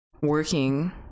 working